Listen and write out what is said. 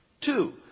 Two